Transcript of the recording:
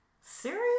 serious